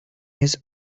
his